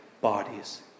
bodies